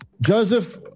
Joseph